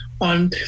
on